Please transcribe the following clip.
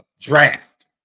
draft